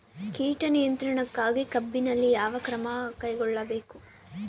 ಕೇಟ ನಿಯಂತ್ರಣಕ್ಕಾಗಿ ಕಬ್ಬಿನಲ್ಲಿ ಯಾವ ಕ್ರಮ ಕೈಗೊಳ್ಳಬೇಕು?